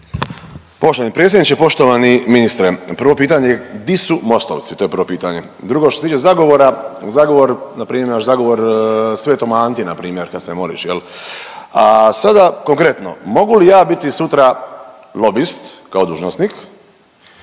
Poštovani predsjedniče, poštovani ministre. Prvo pitanje, di su mostovci, to je prvo pitanje. Drugo, što se tiče zagovora, zagovor, npr. zagovor sv. Anti, npr., kad se moliš, je li? A sada konkretno, mogu li ja biti sutra lobist kao dužnosnik